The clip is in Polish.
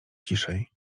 ciszej